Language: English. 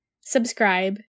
subscribe